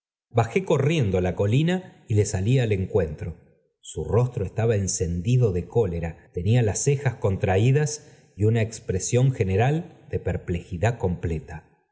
ajé corriendo la colina y le salí al encuentro su rostro testaba encendido de cólera tenía las cejas contraídas y una expresión general de perplejidad completa